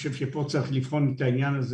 פה צריך לבחון את העניין,